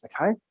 okay